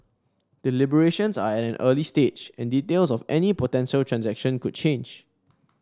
deliberations are at an early stage and details of any potential transaction could change